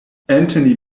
anthony